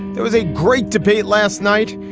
it was a great debate last night.